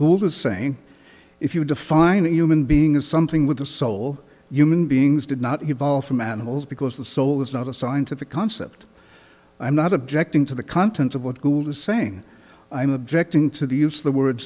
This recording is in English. gould is saying if you define a human being as something with the soul human beings did not evolve from animals because the soul is not a scientific concept i'm not objecting to the content of what gould is saying i am objecting to the use the word